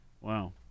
wow